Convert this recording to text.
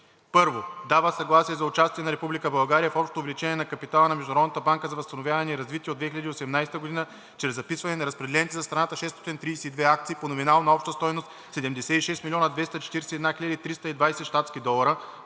1. Дава съгласие за участие на Република България в Общото увеличение на капитала на Международната банка за възстановяване и развитие от 2018 г. чрез записване на разпределените за страната 632 акции по номинал на обща стойност 76 241 320 щатски долара,